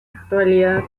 actualidad